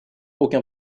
aucun